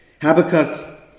Habakkuk